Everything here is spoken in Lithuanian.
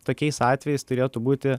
tokiais atvejais turėtų būti